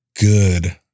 good